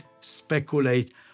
speculate